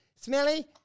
smelly